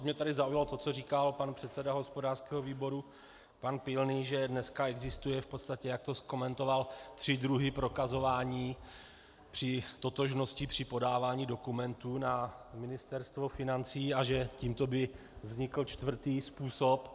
Mě tady zaujalo to, co říkal pan předseda hospodářského výboru, pan Pilný, že dneska existují v podstatě, jak to komentoval, tři druhy prokazování totožnosti při podávání dokumentů na Ministerstvo financí a že tímto by vznikl čtvrtý způsob.